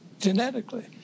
genetically